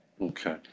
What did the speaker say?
Okay